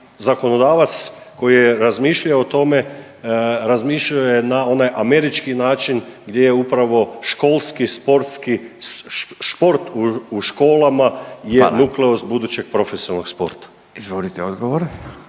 zakonodavac koji je razmišljao o tome, razmišljao je na onaj američki način gdje je upravo školski sportski šport u školama je nukleus budućeg profesionalnog sporta. **Radin, Furio